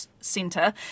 Centre